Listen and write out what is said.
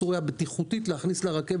אסור היה בטיחותית להכניס לרכבת.